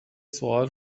سوال